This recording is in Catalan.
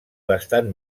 bastant